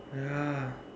ya